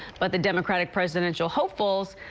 but the democratic presidential hopefuls,